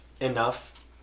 enough